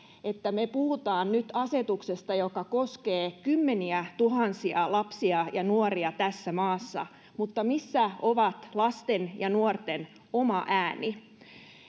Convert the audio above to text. että me puhumme nyt asetuksesta joka koskee kymmeniätuhansia lapsia ja nuoria tässä maassa mutta missä on lasten ja nuorten oma ääni